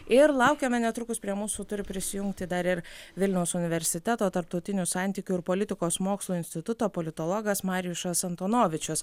ir laukiame netrukus prie mūsų turi prisijungti dar ir vilniaus universiteto tarptautinių santykių ir politikos mokslų instituto politologas marijušas antonovičius